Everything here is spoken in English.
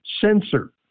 sensor